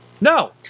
No